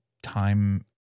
Time